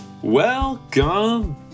welcome